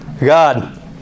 God